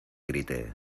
grité